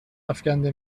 افکنده